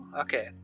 Okay